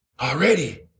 already